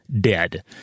dead